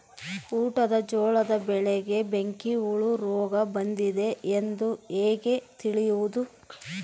ಊಟದ ಜೋಳದ ಬೆಳೆಗೆ ಬೆಂಕಿ ಹುಳ ರೋಗ ಬಂದಿದೆ ಎಂದು ಹೇಗೆ ತಿಳಿಯುವುದು?